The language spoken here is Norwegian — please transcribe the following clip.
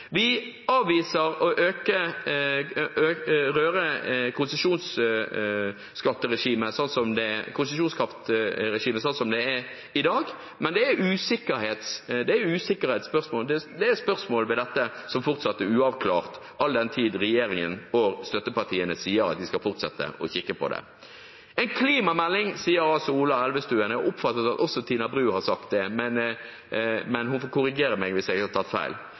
Vi avviser å røre konsesjonskraftregimet slik som det er i dag, men det er spørsmål ved dette som fortsatt er uavklart, all den tid regjeringen og støttepartiene sier at de skal fortsette å kikke på det. En klimamelding, sier altså Ola Elvestuen, og jeg oppfattet at også Tina Bru har sagt det – hun får korrigere meg hvis jeg tar feil.